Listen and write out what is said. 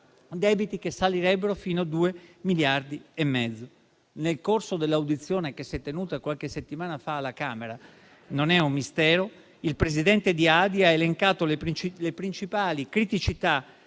che salirebbero fino a 2,5 miliardi. Nel corso dell'audizione che si è svolta qualche settimana fa alla Camera - non è un mistero - il presidente di ADI ha elencato le principali criticità